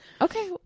Okay